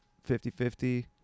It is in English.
Fifty-fifty